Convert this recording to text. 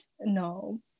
no